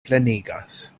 plenigas